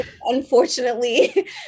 unfortunately